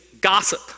gossip